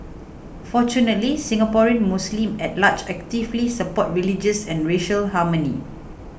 fortunately Singaporean Muslims at large actively support religious and racial harmony